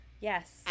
Yes